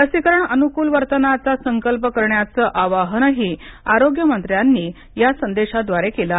लसीकरण अनुकूल वर्तनाचा संकल्प करण्याच आवाहनही आरोग्य मत्र्यानी या संदेशाद्वारे केल आहे